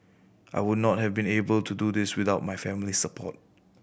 I would not have been able to do this without my family's support